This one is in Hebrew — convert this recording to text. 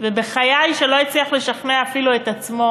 ובחיי שלא הצליח לשכנע אפילו את עצמו